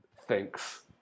thinks